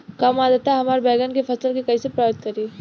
कम आद्रता हमार बैगन के फसल के कइसे प्रभावित करी?